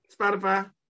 Spotify